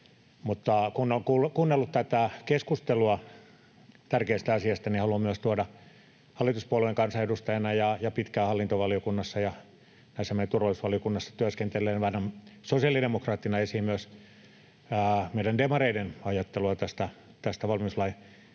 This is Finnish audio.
kun on kuunnellut tätä keskustelua tärkeästä asiasta, niin haluan myös tuoda hallituspuolueen kansanedustajana ja pitkään hallintovaliokunnassa ja näissä meidän turvallisuusvaliokunnissamme työskentelevänä sosiaalidemokraattina esiin myös meidän demareiden ajattelua tästä valmiuslain päivittämisestä,